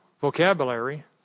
vocabulary